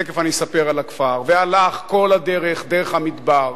תיכף אני אספר על הכפר, והלך כל הדרך, דרך המדבר.